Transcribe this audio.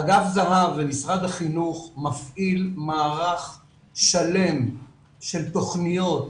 אגף זה"ב במשרד החינוך מפעיל מערך שלם של תוכניות,